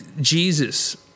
Jesus